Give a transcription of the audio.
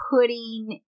putting